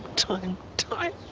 time, time.